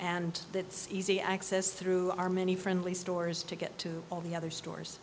and it's easy access through our many friendly stores to get to all the other stores